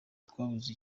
twabuze